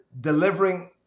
delivering